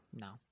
No